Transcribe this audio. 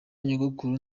nyogokuru